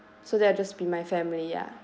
so they are just be my family ya